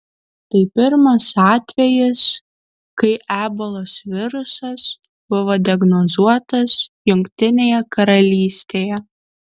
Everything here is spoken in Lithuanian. tai pirmas atvejis kai ebolos virusas buvo diagnozuotas jungtinėje karalystėje